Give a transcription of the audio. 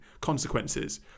consequences